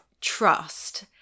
trust